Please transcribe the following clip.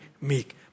meek